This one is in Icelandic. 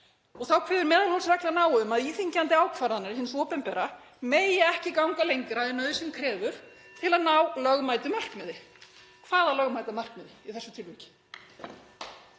Þá kveður meðalhófsreglan á um að íþyngjandi ákvarðanir hins opinbera megi ekki ganga lengra en nauðsyn krefur til að ná lögmætu markmiði. Hvaða lögmæta markmiði í þessu tilviki?